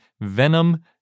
Venom